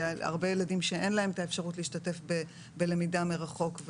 על הרבה ילדים שאין להם את האפשרות להשתתף בלמידה מרחוק.